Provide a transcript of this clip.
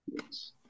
Yes